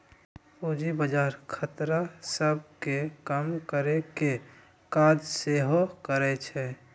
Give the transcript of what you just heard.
पूजी बजार खतरा सभ के कम करेकेँ काज सेहो करइ छइ